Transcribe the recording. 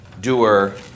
doer